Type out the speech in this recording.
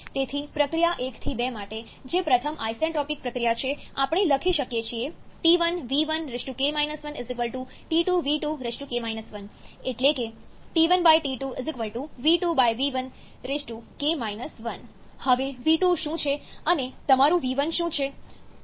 તેથી પ્રક્રિયા 1 થી 2 માટે જે પ્રથમ આઇસેન્ટ્રોપિક પ્રક્રિયા છે આપણે લખી શકીએ છીએ T1v1k 1 T2v2k 1 એટલે કે T1 T2 v2 v1k 1 હવે v2 શું છે અને તમારું v1 શું છે